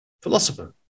philosopher